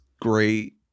great